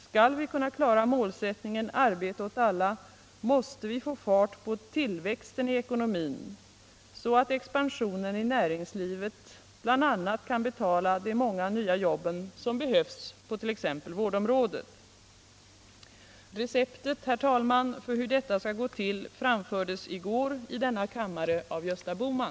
Skall vi kunna klara målsättningen arbete åt alla måste vi få fart på tillväxten i ekonomin, så att expansionen i näringslivet bl.a. kan betala de många nya jobb som behövs på t.ex. vårdområdet. Receptet för hur detta skall gå till framfördes i går i denna kammare av Gösta Bohman.